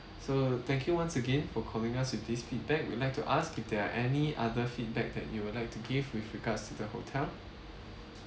so thank you once again for calling us with these feedback we would like to ask if there are any other feedback that you would like to give with regards to the hotel